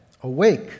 Awake